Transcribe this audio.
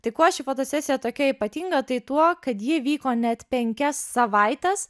tai kuo ši fotosesija tokia ypatinga tai tuo kad ji vyko net penkias savaites